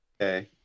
okay